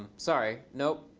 sorry. no.